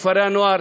כפרי-הנוער,